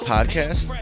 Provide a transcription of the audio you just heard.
Podcast